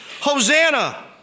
Hosanna